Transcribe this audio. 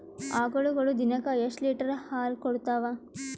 ಆಕಳುಗೊಳು ದಿನಕ್ಕ ಎಷ್ಟ ಲೀಟರ್ ಹಾಲ ಕುಡತಾವ?